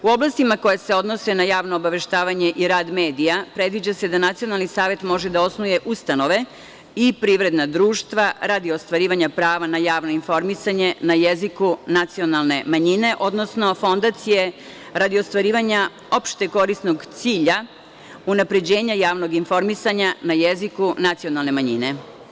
U oblastima koje se odnose na javno obaveštavanje i rad medija predviđa se da nacionalni savet može da osniva ustanove i privredna društva radi ostvarivanja prava na javno informisanje na jeziku nacionalne manjine, odnosno fondacije radi ostvarivanja opšte korisnog cilja unapređenja javnog informisanja na jeziku nacionalne manjine.